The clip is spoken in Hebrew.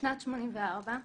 בשנת 84'